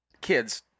kids